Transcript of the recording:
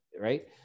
right